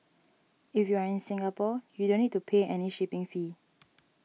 if you are in Singapore you don't need to pay any shipping fee